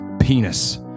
penis